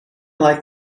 like